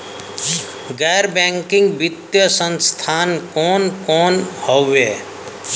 गैर बैकिंग वित्तीय संस्थान कौन कौन हउवे?